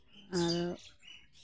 ᱟᱨ